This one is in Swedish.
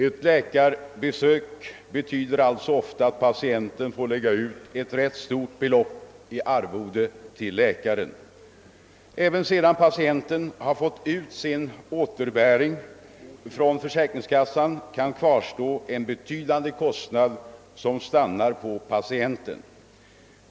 Ett läkarbesök betyder sålunda ofta att patienten får lägga ut ett ganska stort belopp i arvode till läkaren. Även sedan patienten har fått ut sin återbäring från försäkringskassan kan kvarstå en betydande kostnad, som får betalas av patienten.